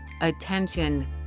attention